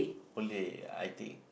holiday I think